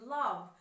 love